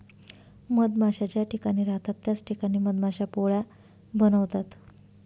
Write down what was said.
मधमाश्या ज्या ठिकाणी राहतात त्याच ठिकाणी मधमाश्या पोळ्या बनवतात